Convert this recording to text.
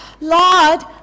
Lord